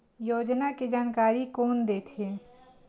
योजना के जानकारी कोन दे थे?